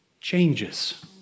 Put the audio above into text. changes